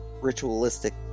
ritualistic